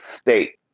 state